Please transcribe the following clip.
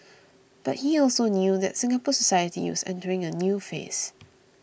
but he also knew that Singapore society was entering a new phase